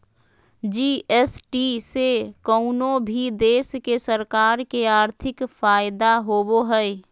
GST से कउनो भी देश के सरकार के आर्थिक फायदा होबो हय